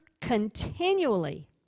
continually